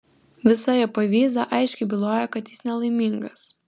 visa jo povyza aiškiai bylojo kad jis nelaimingas